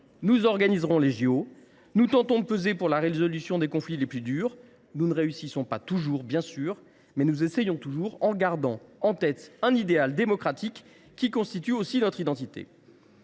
de Paris. Nous tentons de peser en faveur de la résolution des conflits les plus durs ; nous ne réussissons pas toujours bien sûr, mais nous essayons toujours, en gardant en tête l’idéal démocratique qui constitue aussi notre identité.